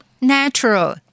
Natural